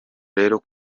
rero